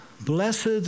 blessed